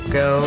go